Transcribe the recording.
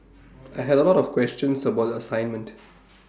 I had A lot of questions about the assignment